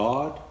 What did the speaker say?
God